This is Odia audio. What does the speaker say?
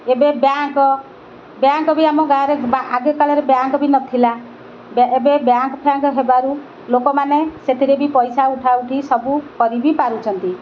ଏବେ ବ୍ୟାଙ୍କ ବ୍ୟାଙ୍କ ବି ଆମ ଗାଁରେ ଆଗେ କାଳରେ ବ୍ୟାଙ୍କ ବି ନଥିଲା ଏବେ ବ୍ୟାଙ୍କ ଫ୍ୟାଙ୍କ ହେବାରୁ ଲୋକମାନେ ସେଥିରେ ବି ପଇସା ଉଠା ଉଠି ସବୁ କରି ବି ପାରୁଛନ୍ତି